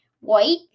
white